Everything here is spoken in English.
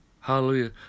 hallelujah